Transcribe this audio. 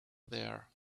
there